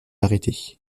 arrêté